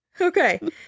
Okay